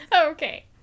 Okay